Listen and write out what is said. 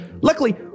Luckily